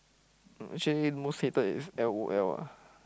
mm actually most hate is L_O_L lah